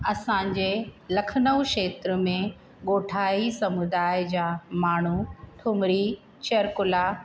असांजे लखनऊ खेत्र में ॻोठाई समुदाय जा माण्हू ठुमरी चरकुला